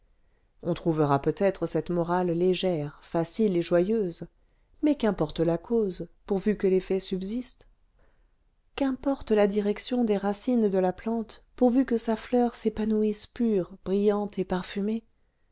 on trouvera peut-être cette morale légère facile et joyeuse mais qu'importe la cause pourvu que l'effet subsiste qu'importe la direction des racines de la plante pourvu que sa fleur s'épanouisse pure brillante et parfumée